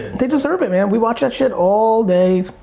they deserve it, man. we watch that shit all day,